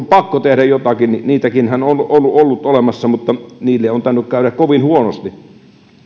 pakko tehdä jotakin niitäkinhän on ollut olemassa on tainnut käydä kovin huonosti